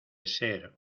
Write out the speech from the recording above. ser